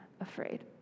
afraid